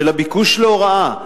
של הביקוש להוראה,